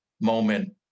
moment